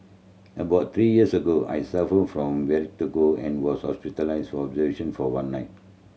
about three years ago I suffered from and was hospitalised for observation for one night